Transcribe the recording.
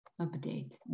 update